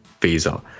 visa